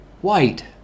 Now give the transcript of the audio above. white